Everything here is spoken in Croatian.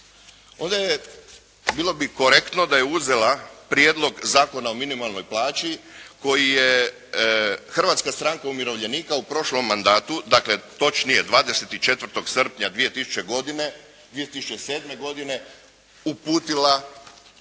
oblast, bilo bi korektno da je uzela Prijedlog zakona o minimalnoj plaći koji je Hrvatska stranka umirovljenika u prošlom mandatu, dakle točnije 24. srpnja 2007. uputila